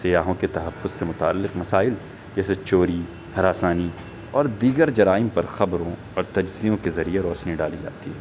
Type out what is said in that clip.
سیاحوں کے تحفظ سے متعلق مسائل جیسے چوری ہراسانی اور دیگر جرائم پر خبروں اور تجزیوں کے ذریعہ روشنی ڈالی جاتی ہے